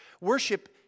Worship